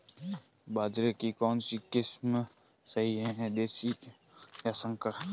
बाजरे की कौनसी किस्म सही हैं देशी या संकर?